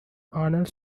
arnold